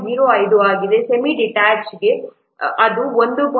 05 ಆಗಿದೆ ಸೆಮಿ ಡಿಟ್ಯಾಚ್ಗೆ ಇದು 1